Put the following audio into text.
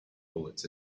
bullets